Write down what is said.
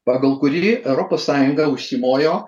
pagal kurį europos sąjunga užsimojo